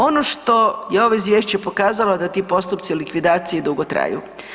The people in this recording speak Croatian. Ono što je ovo izvješće pokazalo da ti postupci likvidacije dugo traju.